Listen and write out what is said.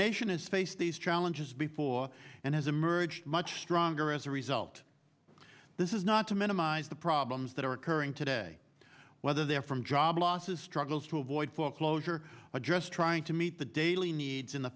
nation is face these challenges before and has emerged much stronger as a result this is not to minimize the problems that are occurring today whether they are from job losses struggles to avoid foreclosure address trying to meet the daily needs in the